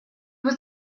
was